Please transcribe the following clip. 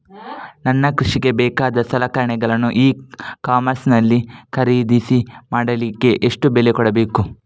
ನಾನು ಕೃಷಿಗೆ ಬೇಕಾದ ಸಲಕರಣೆಗಳನ್ನು ಇ ಕಾಮರ್ಸ್ ನಲ್ಲಿ ಖರೀದಿ ಮಾಡಲಿಕ್ಕೆ ಎಷ್ಟು ಬೆಲೆ ಕೊಡಬೇಕು?